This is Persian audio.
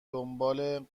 دنبال